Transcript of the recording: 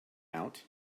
out